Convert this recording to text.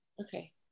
Okay